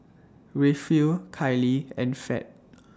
Rayfield Kylee and Fed